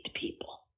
people